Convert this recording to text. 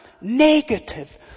negative